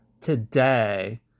today